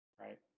right